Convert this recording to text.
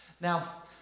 Now